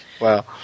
Wow